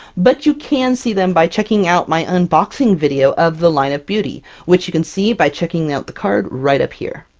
but you can see them by checking out my unboxing video of the line of beauty, which you can see by checking out the card right up here.